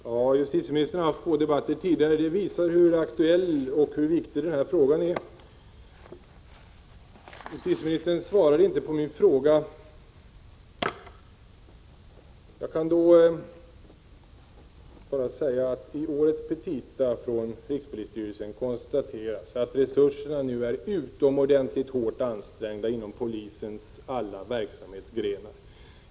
Herr talman! Justitieministern har fört två debatter om kriminalpolitiken tidigare i dag. Det visar hur aktuell och hur viktig den här frågan är. Justitieministern svarade inte på mina frågor. Jag kan då bara säga att i årets petita från rikspolisstyrelsen konstateras att resurserna är utomordentligt hårt ansträngda inom polisens alla verksamhetsgrenar.